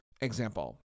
example